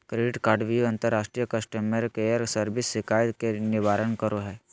credit कार्डव्यू अंतर्राष्ट्रीय customer care service शिकायत के निवारण करो हइ